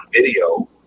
video